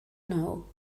now